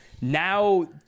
Now